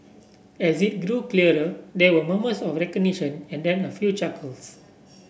as it grew clearer there were murmurs of recognition and then a few chuckles